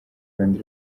rundi